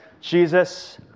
Jesus